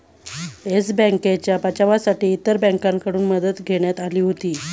yes बँकेच्या बचावासाठी इतर बँकांकडून मदत घेण्यात आली होती